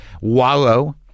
wallow